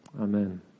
Amen